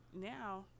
Now